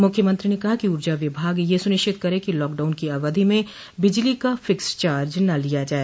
मुख्यमंत्री ने कहा कि ऊर्जा विभाग यह सुनिश्चित करे कि लॉकडाउन की अवधि में बिजली का फिक्सड चार्ज न लिया जाय